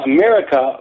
America